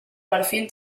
perfil